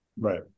right